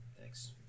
thanks